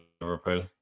Liverpool